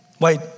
Wait